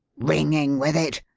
ringing with it?